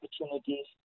opportunities